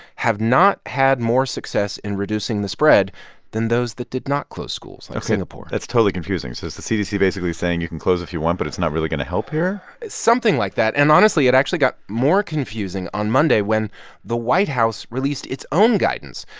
have not had more success in reducing the spread than those that did not close schools, like singapore ok. that's totally confusing. so the cdc basically saying you can close if you want, but it's not really going to help here? something like that. and honestly, it actually got more confusing on monday, when the white house released its own guidance,